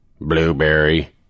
blueberry